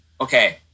okay